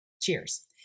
cheers